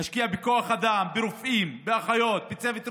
נשקיע בכוח אדם, ברופאים, באחיות, בצוות רפואי.